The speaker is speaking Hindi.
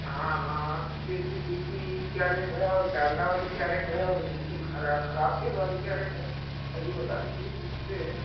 हाँ हाँ हाँ हाँ तो देसी घी की क्या रेट है और डालडा वाली क्या रेट है और बिल्कुल खरा खराब तेल वाली क्या रेट है अभी बता दीजिए जिससे